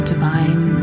divine